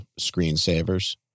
screensavers